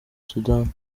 soudan